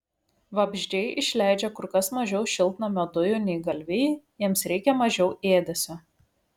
vabzdžiai išleidžia kur kas mažiau šiltnamio dujų nei galvijai jiems reikia mažiau ėdesio